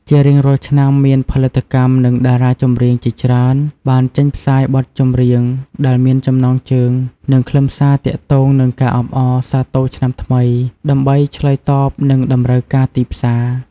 ជារៀងរាល់ឆ្នាំ មានផលិតកម្ម និងតារាចម្រៀងជាច្រើនបានចេញផ្សាយបទចម្រៀងដែលមានចំណងជើង និងខ្លឹមសារទាក់ទងនឹងការអបអរសាទរឆ្នាំថ្មី ដើម្បីឆ្លើយតបនឹងតម្រូវការទីផ្សារ។